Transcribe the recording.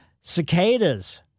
cicadas